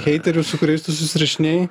heiterių su kuriais tu susirašinėji